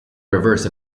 reverse